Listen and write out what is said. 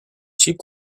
cheap